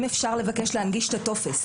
אם אפשר לבקש להנגיש את הטופס.